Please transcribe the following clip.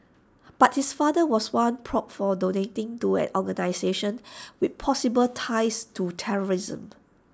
but his father was once probed for donating to an organisation with possible ties to terrorists